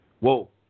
Whoa